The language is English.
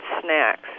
snacks